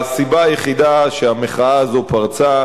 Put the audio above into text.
הסיבה היחידה שהמחאה הזו פרצה,